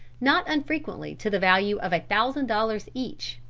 not unfrequently to the value of a thousand dollars each,